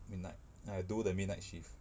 midnight I do the midnight shift